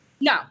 No